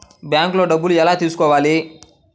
బ్యాంక్లో డబ్బులు ఎలా తీసుకోవాలి?